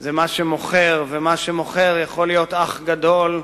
זה מה שמוכר, ומה שמוכר יכול להיות "האח הגדול"